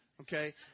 okay